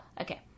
okay